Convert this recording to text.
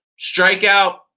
strikeout